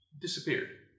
disappeared